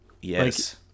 Yes